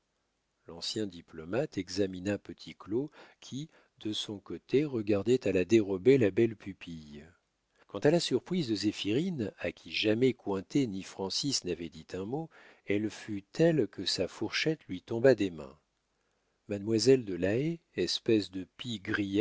l'ancien diplomate examina petit claud qui de son côté regardait à la dérobée la belle pupille quant à la surprise de zéphirine à qui jamais cointet ni francis n'avaient dit un mot elle fut telle que sa fourchette lui tomba des mains mademoiselle de la haye espèce de